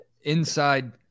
inside